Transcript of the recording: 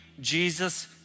Jesus